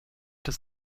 des